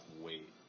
wait